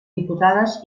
diputades